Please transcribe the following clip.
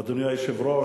אדוני היושב-ראש,